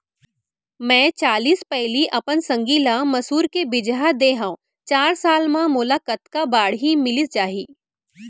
मैं चालीस पैली अपन संगी ल मसूर के बीजहा दे हव चार साल म मोला कतका बाड़ही मिलिस जाही?